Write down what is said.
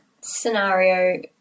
scenario